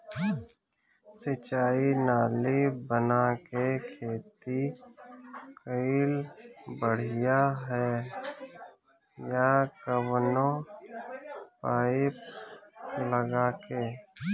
सिंचाई नाली बना के खेती कईल बढ़िया ह या कवनो पाइप लगा के?